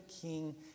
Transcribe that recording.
king